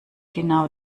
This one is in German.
genau